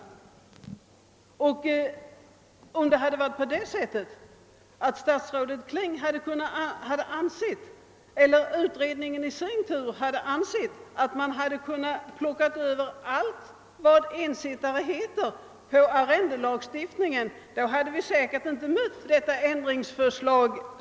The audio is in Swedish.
Om statsrådet Kling eller utredningen hade ansett att arrendelagstiftningen kunde gälla även alla ensittare hade vi säkerligen inte fått detta ändringsförslag.